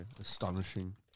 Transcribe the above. Astonishing